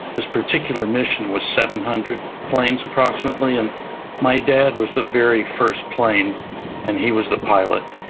this particular mission was seven hundred planes approximately, and my dad was the very first plane and he was the pilot,